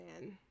man